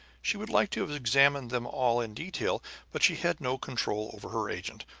she would liked to have examined them all in detail but she had no control over her agent,